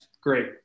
great